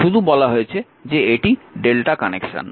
শুধু বলা হয়েছে যে এটি Δ কানেকশন